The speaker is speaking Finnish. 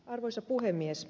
arvoisa puhemies